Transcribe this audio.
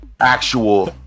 actual